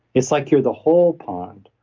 it's like you're the whole pond,